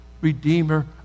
redeemer